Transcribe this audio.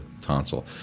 tonsil